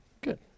Good